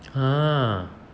!huh!